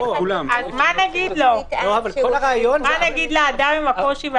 מה נגיד לאדם עם הקושי והמצוקה?